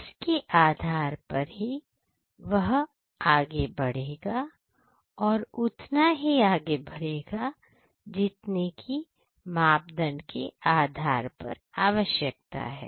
उसके आधार पर पर ही वह आगे बढ़ेगा और उतना ही आगे बढ़ेगा जितनी कि मापदंड के आधार पर आवश्यकता है